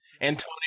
Antonio